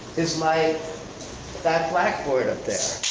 is like that blackboard up there.